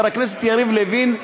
חבר הכנסת יריב לוין,